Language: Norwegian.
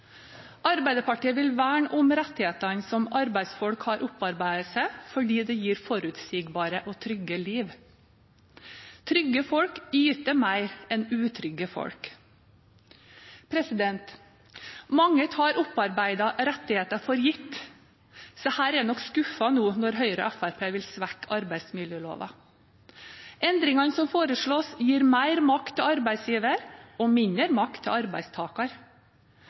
Arbeiderpartiet vil verne om rettighetene som arbeidsfolk har opparbeidet seg, fordi det gir forutsigbare og trygge liv. Trygge folk yter mer enn utrygge folk. Mange tar opparbeidede rettigheter for gitt. Disse er nok skuffet nå når Høyre og Fremskrittspartiet vil svekke arbeidsmiljøloven. Endringene som foreslås, gir mer makt til arbeidsgiver og mindre makt til arbeidstaker.